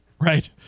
right